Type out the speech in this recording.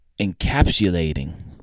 encapsulating